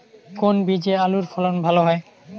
কোন বীজে আলুর ফলন ভালো হয়?